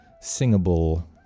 singable